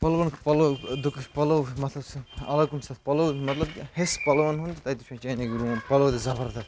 پَلوَن پَلوٚو ٲں دُک پَلوٚو مطلب سُہ پَلوٚو مطلب حِس پَلوَن ہُنٛد تَتہِ وُچھ مےٚ چینٛجِنٛگ روٗم پَلوٚو تہِ زَبردَست